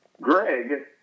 Greg